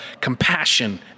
compassion